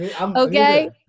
Okay